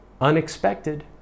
Unexpected